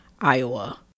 Iowa